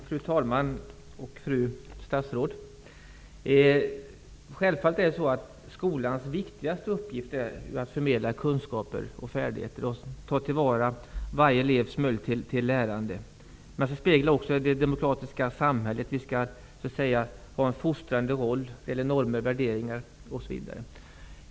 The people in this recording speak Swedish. Fru talman! Fru statsråd! Skolans viktigaste uppgift är självfallet att förmedla kunskaper och färdigheter och ta till vara varje elevs möjligheter att lära. Men den skall också spegla det demokratiska samhället, och den skall ha en fostrande roll när det gäller normer, värderingar, osv.